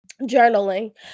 journaling